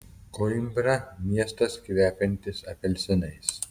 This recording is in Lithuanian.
koimbra miestas kvepiantis apelsinais